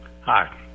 hi